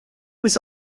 was